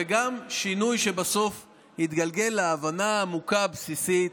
וגם שינוי שבסוף התגלגל להבנה עמוקה, בסיסית,